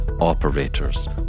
operators